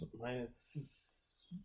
minus